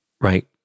right